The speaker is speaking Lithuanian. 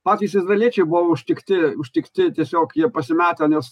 patys izraeliečiai buvo užtikti užtikti tiesiog jie pasimetę nes